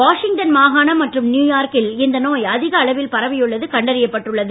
Washington மாகாணம் மற்றும் நியூயார்கில் இந்த நோய் அதிக அளவில் பரவியுள்ளது கண்டறியப்பட்டுள்ளது